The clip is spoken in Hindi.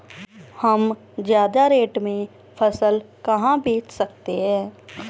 हम ज्यादा रेट में फसल कहाँ बेच सकते हैं?